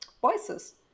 voices